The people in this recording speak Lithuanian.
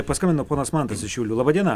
paskambino ponas mantas iš šiaulių laba diena